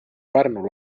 pärnu